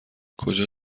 کجا